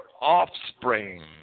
offspring